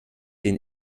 den